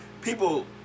people